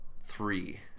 three